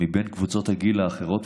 מבין קבוצות הגיל האחרות,